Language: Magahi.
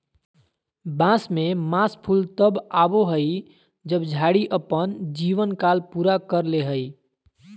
बांस में मास फूल तब आबो हइ जब झाड़ी अपन जीवन काल पूरा कर ले हइ